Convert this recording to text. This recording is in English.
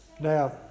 Now